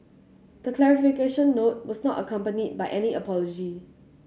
the clarification note was not accompanied by any apology